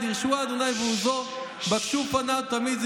דרשו ה' ועֻזו בקשו פניו תמיד.